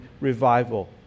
revival